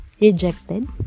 rejected